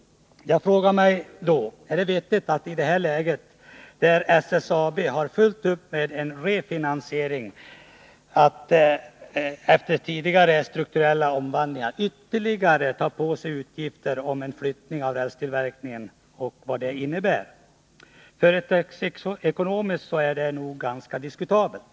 Jag frågar mig då: Är det vettigt att SSAB, i ett läge där företaget har fullt upp att göra med en refinansiering efter tidigare strukturella omvandlingar, ytterligare skall ta på sig de utgifter som en flyttning av rälstillverkningen Nr 144 innebär. Företagsekonomiskt är det nog ganska diskutabelt.